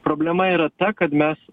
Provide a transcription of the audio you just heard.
problema yra ta kad mes